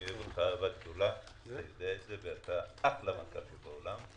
אני אוהב אותך ואתה מנכ"ל מצוין.